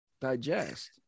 digest